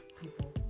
people